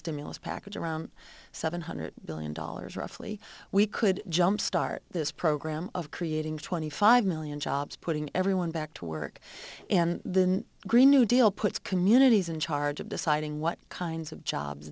stimulus package around seven hundred billion dollars roughly we could jump start this program of creating twenty five million jobs putting everyone back to work in the green new deal puts communities in charge of deciding what kinds of jobs